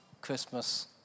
Christmas